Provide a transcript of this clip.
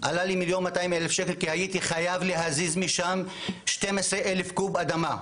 עלה לי 1,200,000 ₪ כי הייתי חייב להזיז משם 12,000 קוב אדמה.